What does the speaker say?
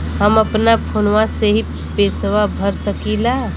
हम अपना फोनवा से ही पेसवा भर सकी ला?